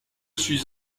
suis